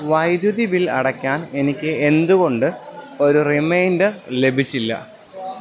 വൈദ്യുതി ബിൽ അടയ്ക്കാൻ എനിക്ക് എന്തുകൊണ്ട് ഒരു റിമൈൻഡർ ലഭിച്ചില്ല